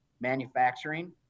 manufacturing